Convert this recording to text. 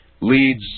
leads